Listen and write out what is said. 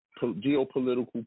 geopolitical